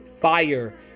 Fire